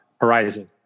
Horizon